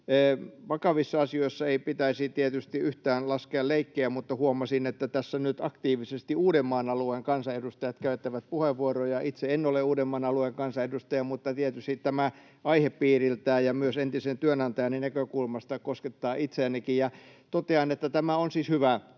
Vakavissa asioissa ei pitäisi tietysti yhtään laskea leikkiä, mutta huomasin, että tässä nyt aktiivisesti Uudenmaan alueen kansanedustajat käyttävät puheenvuoroja. Itse en ole Uudenmaan alueen kansanedustaja, mutta tietysti tämä aihepiiriltään ja myös entisen työnantajani näkökulmasta koskettaa itseänikin. Totean, että tämä on siis hyvä muutos.